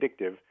addictive